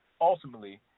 ultimately